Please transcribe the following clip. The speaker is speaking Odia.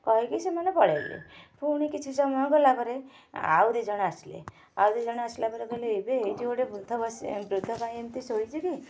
କହିକି ସେମାନେ ପଳାଇଲେ ପୁଣି କିଛି ସମୟ ଗଲା ପରେ ଆଉ ଦୁଇଜଣ ଆସିଲେ ଆଉ ଦୁଇଜଣ ଆସିଲା ପରେ କହିଲେ ଏବେ ଏଇଠି ଗୋଟେ ବୃଦ୍ଧ ବସି ବୃଦ୍ଧ କାହିଁ ଏମିତି ଶୋଇଛି କି